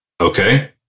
Okay